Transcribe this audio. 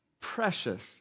precious